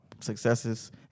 successes